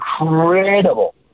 incredible